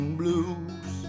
blues